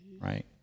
right